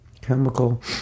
Chemical